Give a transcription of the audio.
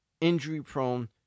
injury-prone